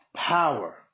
Power